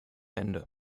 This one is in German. ende